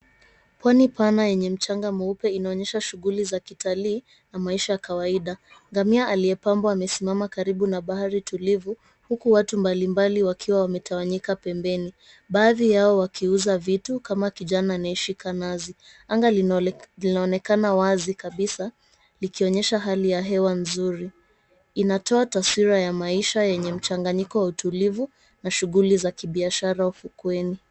Pwani pana yenye mchanga mweupe inaonyesha shughuli za kitalii na maisha ya kawaida. Ngamia aliyepambwa amesimama karibu na bahari tulivu, huku watu mbalimbali wakiwa wametawanyika pembeni. Baadhi yao wakiuza vitu kama kijana anayeishika nazi. Anga linaloonekana wazi kabisa likionyesha hali ya hewa nzuri. Inatoa taswira ya maisha yenye mchanganyiko wa utulivu na shughuli za kibiashara ufukweni.